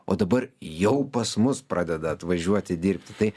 o dabar jau pas mus pradeda atvažiuoti dirbti tai